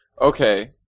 Okay